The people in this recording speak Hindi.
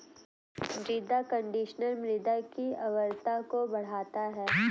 मृदा कंडीशनर मृदा की उर्वरता को बढ़ाता है